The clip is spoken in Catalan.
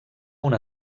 una